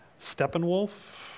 Steppenwolf